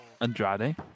Andrade